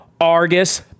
Argus